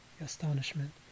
astonishment